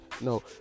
no